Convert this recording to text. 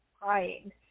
crying